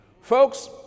Folks